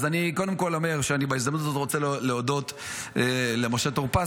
אז אני קודם כול אומר שאני בהזדמנות הזאת רוצה להודות למשה טור פז,